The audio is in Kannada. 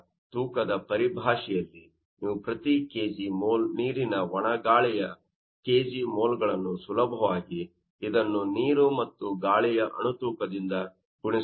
ಈಗ ತೂಕದ ಪರಿಭಾಷೆಯಲ್ಲಿ ನೀವು ಪ್ರತಿ kg ಮೋಲ್ ನೀರಿನ ಒಣ ಗಾಳಿಯ kg ಮೋಲ್ ಗಳನ್ನು ಸುಲಭವಾಗಿ ಇದನ್ನು ನೀರು ಮತ್ತು ಗಾಳಿಯ ಅಣು ತೂಕದಿಂದ ಗುಣಿಸಬೇಕು